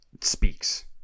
speaks